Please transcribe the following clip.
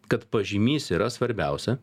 kad pažymys yra svarbiausia